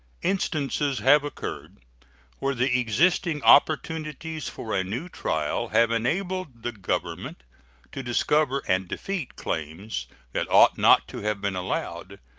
instances have occurred where the existing opportunities for a new trial have enabled the government to discover and defeat claims that ought not to have been allowed,